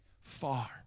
far